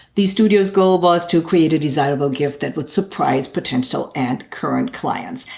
the studio's goal was to create a desirable gift that would surprise potential and current clients,